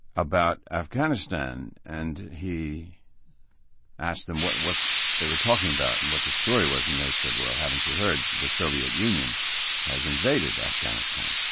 about afghanistan. and he asked them what what they were talking about and what the story was, and they said, well, haven't you heard? the soviet union has invaded afghanistan.